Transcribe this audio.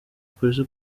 polisi